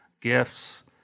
gifts